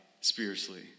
spiritually